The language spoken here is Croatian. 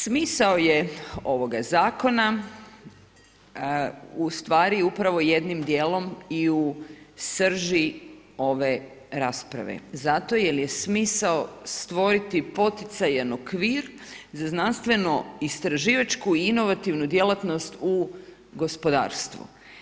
Smisao je ovoga zakona, u stvari upravo jednim dijelom i u srži ove rasprave, zato jer je smisao, stvoriti poticajan okvir za znanstveno istraživačko i inovativnu djelatnost u gospodarstvu.